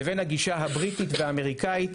לבין הגישה הבריטית האמריקאית,